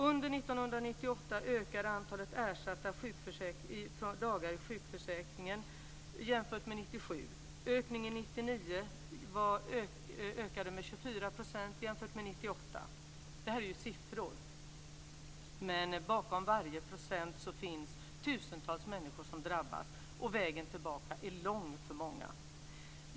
Under 1998 ökade antalet ersätta dagar i sjukförsäkringen jämfört med Det här är siffror, men bakom varje procent finns tusentals människor som drabbas och vägen tillbaka är lång för många.